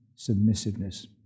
submissiveness